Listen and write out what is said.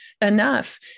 enough